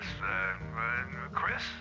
Chris